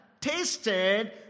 tasted